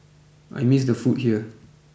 I miss the food here